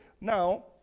Now